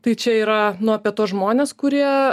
tai čia yra nu apie tuos žmones kurie